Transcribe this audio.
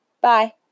Bye